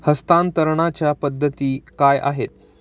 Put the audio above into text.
हस्तांतरणाच्या पद्धती काय आहेत?